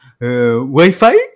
Wi-Fi